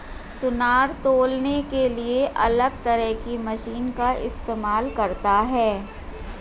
सुनार तौलने के लिए अलग तरह की मशीन का इस्तेमाल करता है